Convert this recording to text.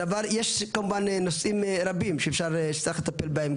יש כמובן נושאים רבים שצריך לטפל בהם.